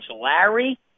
Larry